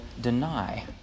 deny